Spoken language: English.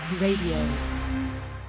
Radio